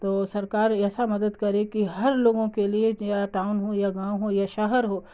تو سرکار ایسا مدد کرے کہ ہر لوگوں کے لیے یا ٹاؤن ہو یا گاؤں ہو یا شہر ہو